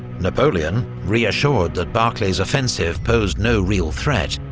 napoleon reassured that barclay's offensive posed no real threat,